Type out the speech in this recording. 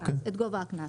כן, שם יש את גובה הקנס.